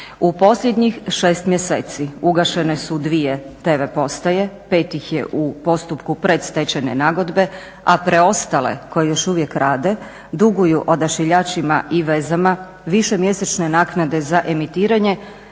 U posljednjih 6 mjeseci ugašene su 2 TV postaje, 5 ih je u postupku predstečajne nagodbe, a preostale koje još uvijek rade duguju Odašiljačima i vezama višemjesečne naknade za emitiranje